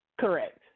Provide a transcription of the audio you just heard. Correct